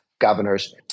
Governors